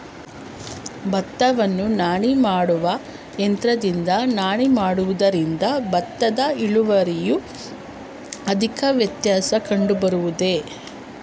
ಭತ್ತವನ್ನು ನಾಟಿ ಮಾಡುವ ಯಂತ್ರದಿಂದ ನಾಟಿ ಮಾಡುವುದರಿಂದ ಭತ್ತದ ಇಳುವರಿಯಲ್ಲಿ ಅಧಿಕ ವ್ಯತ್ಯಾಸ ಕಂಡುಬರುವುದೇ?